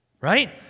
Right